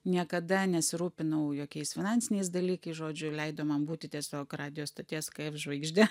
niekada nesirūpinau jokiais finansiniais dalykais žodžiu leido man būti tiesiog radijo stoties žvaigžde